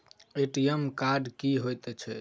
ATM card की हएत छै?